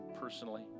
personally